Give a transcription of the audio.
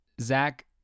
Zach